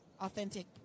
authentic